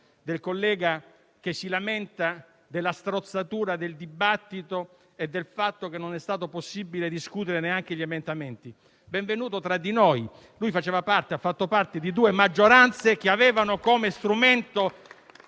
il collega si è lamentato della strozzatura del dibattito e del fatto che non è stato possibile discutere neanche gli emendamenti. Benvenuto tra di noi. Lui ha fatto parte di due maggioranze che avevano come unico strumento